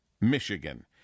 Michigan